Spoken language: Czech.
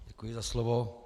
Děkuji za slovo.